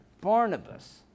Barnabas